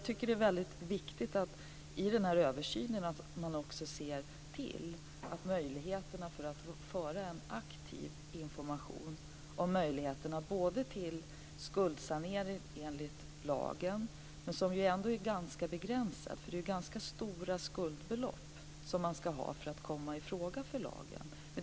I denna översyn är det också viktigt att man ser över möjligheterna att föra ut en aktiv information om förutsättningarna för skuldsanering enligt lagen som är ganska begränsade, eftersom det ska röra sig om rätt stora skuldbelopp för att man ska komma i fråga för skuldsanering.